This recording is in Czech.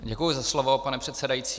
Děkuji za slovo, pane předsedající.